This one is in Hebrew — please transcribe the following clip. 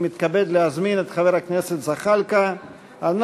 אני מתכבד להזמין את חבר הכנסת זחאלקה על